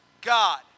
God